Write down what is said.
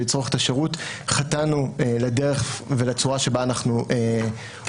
לצרוך את השירות חטאנו לדרך ולצורה שבה אנחנו עובדים.